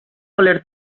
voler